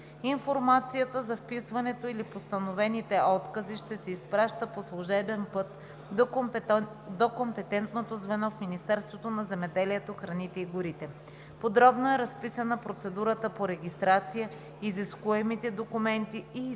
Информацията за вписването или постановените откази ще се изпраща по служебен път до компетентното звено в Министерството на земеделието храните и горите. Подробно е разписана процедурата по регистрация, изискуемите документи и изискванията